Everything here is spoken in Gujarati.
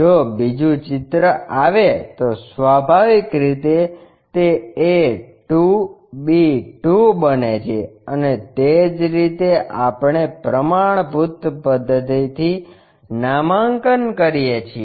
જો બીજું ચિત્ર આવે તો સ્વાભાવિક રીતે તે a 2 b 2 બને છે અને તે જ રીતે આપણે પ્રમાણભૂત પદ્ધતિ થી નામાંકન કરીએ છીએ